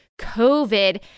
COVID